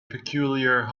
peculiar